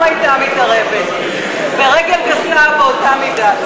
גם הייתה מתערבת ברגל גסה באותה מידה,